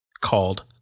called